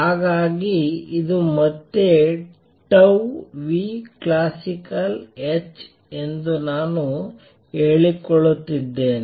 ಹಾಗಾಗಿ ಇದು ಮತ್ತೆ classicalh ಎಂದು ನಾನು ಹೇಳಿಕೊಳ್ಳುತ್ತಿದ್ದೇನೆ